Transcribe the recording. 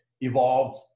evolved